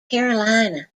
carolina